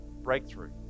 breakthrough